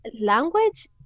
language